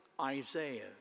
Isaiah